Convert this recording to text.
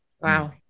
Wow